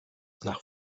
nach